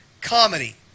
comedy